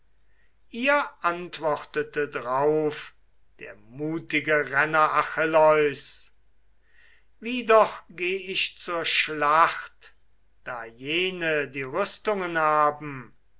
ihr antwortete drauf der mutige renner achilleus wie doch geh ich zur schlacht da jene die rüstungen haben